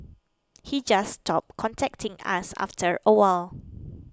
he just stopped contacting us after a while